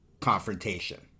confrontation